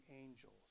angels